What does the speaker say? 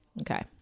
Okay